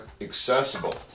accessible